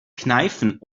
kneifen